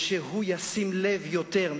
והוא ישים לב יותר.